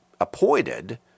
appointed